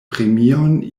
premion